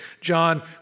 John